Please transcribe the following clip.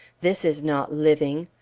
this is not living.